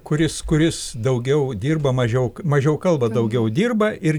kuris kuris daugiau dirba mažiau mažiau kalba daugiau dirba ir